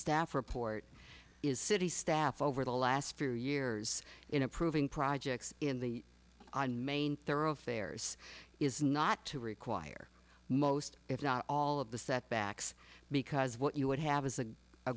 staff report is city staff over the last few years in approving projects in the on main thoroughfares is not to require most if not all of the setbacks because what you would have is a